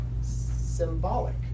symbolic